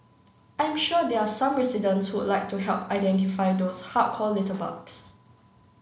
I'm sure there are some residents who would like to help identify those hardcore litterbugs